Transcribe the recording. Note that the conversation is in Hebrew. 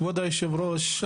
כבוד היושב-ראש,